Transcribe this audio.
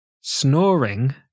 snoring